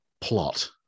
plot